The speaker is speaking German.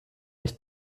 nicht